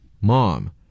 mom